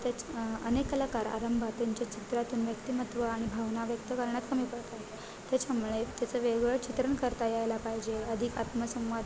तेच अनेक कलाकार आरंभात त्यांच्या चित्रातून व्यक्तिमत्व आणि भावना व्यक्त करण्यात कमी पडतात त्याच्यामुळे त्याचं वेगवेगळं चित्रण करता यायला पाहिजे अधिक आत्मसंवाद